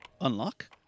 unlock